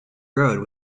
road